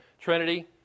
Trinity